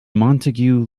montague